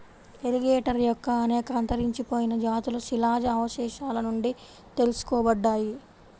alligator యొక్క అనేక అంతరించిపోయిన జాతులు శిలాజ అవశేషాల నుండి తెలుసుకోబడ్డాయి